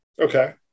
Okay